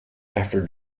after